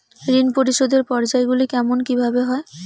ঋণ পরিশোধের পর্যায়গুলি কেমন কিভাবে হয়?